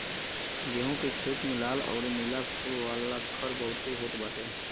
गेंहू के खेत में लाल अउरी नीला फूल वाला खर बहुते होत बाटे